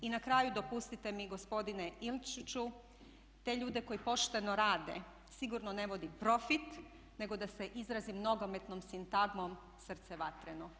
I na kraju dopustite mi gospodine Ilčiću, te ljude koji pošteno rade sigurno ne vodi profit, nego da se izrazim nogometnom sintagmom "srce vatreno"